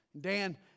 Dan